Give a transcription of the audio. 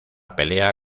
pelea